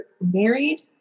married